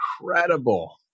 incredible